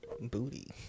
booty